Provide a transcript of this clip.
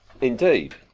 Indeed